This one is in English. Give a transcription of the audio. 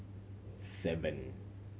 seven